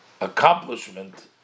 accomplishment